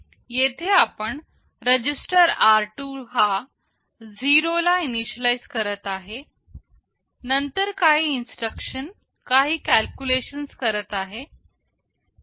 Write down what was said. येथे आपण register r2 हा 0 ला इनिशियलाइज़ करत आहे नंतर काही इन्स्ट्रक्शन काही कॅलक्युलेशन्स करत आहे